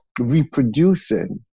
reproducing